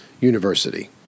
University